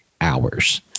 hours